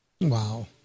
Wow